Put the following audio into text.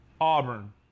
Auburn